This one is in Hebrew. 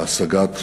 להשגת